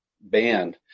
band